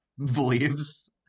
believes